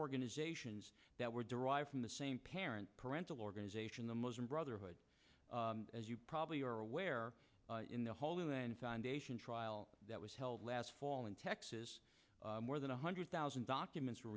organizations that were derived from the same parent parental organization the muslim brotherhood as you probably are aware in the holy land foundation trial that was held last fall in texas more than one hundred thousand documents were